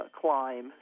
climb